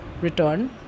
return